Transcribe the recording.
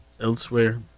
elsewhere